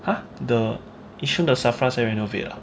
!huh! the yishun the SAFRA 在 renovate ah